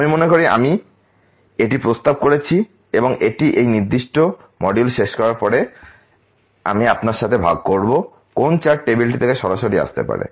আমি মনে করি আমি এটি প্রস্তাব করেছি এবং এটি এই নির্দিষ্ট মডিউলটি শেষ করার পরে আমি আপনার সাথে ভাগ করব কোন চার্ট টেবিলটি থেকে সরাসরি আসতে পারে